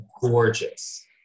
gorgeous